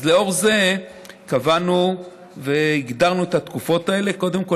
לאור זה קבענו והגדרנו את התקופות האלה: קודם כול,